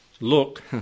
Look